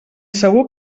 segur